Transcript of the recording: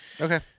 Okay